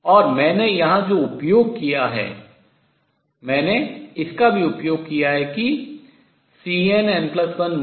और मैंने यहां जो उपयोग किया है मैंने इसका भी उपयोग किया है कि Cnn12